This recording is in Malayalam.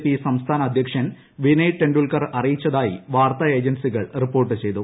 പി സംസ്ഥാന അദ്ധ്യക്ഷൻ വിനയ് ടെൻഡുൽക്കർ അറിയിച്ചതായി വാർത്താ ഏജൻസികൾ റിപ്പോർട്ട് ചെയ്തു